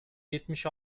yetmiş